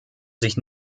sich